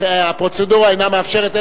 הפרוצדורה אינה מאפשרת,